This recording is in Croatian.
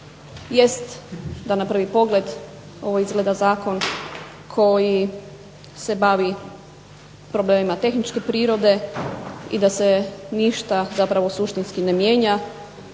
Jest da na prvi pogled ovo izgleda zakon koji se bavi problemima tehničke prirode i da se ništa zapravo suštinski ne mijenja.